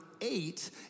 eight